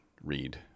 read